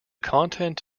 content